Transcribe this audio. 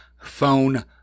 phone